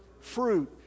fruit